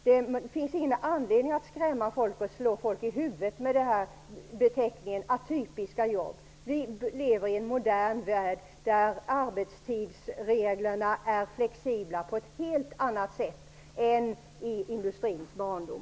Det finns ingen anledning att skrämma folk och slå folk i huvudet med beteckningen atypiska jobb. Vi lever i en modern värld där arbetstidsreglerna är flexibla på ett helt annat sätt än i industrins barndom.